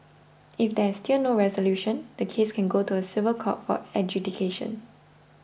if there is still no resolution the case can go to a civil court for adjudication